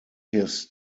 his